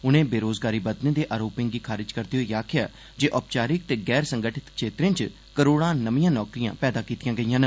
उनें बेरोजगारी बधने दे आरोपें गी खारिज करदे होई आखेआ जे औपचारिक ते गैर संगठित क्षेत्रें च करोड़ां नमिआं नौकरियां पैदा कीतीआं गेईआं न